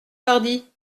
pardi